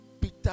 Peter